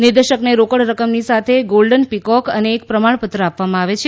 નિર્દેશકને રોકડ રકમની સાથે ગોલ્ડન પિકોક અને એક પ્રમાણપત્ર આપવામાં આવે છે